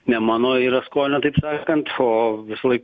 ne manau yra skonio taip sakant o visąlaik